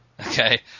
Okay